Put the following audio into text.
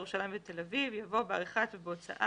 בירושלים ובתל אביב" יבוא " בעריכת ובהוצאת